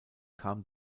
kam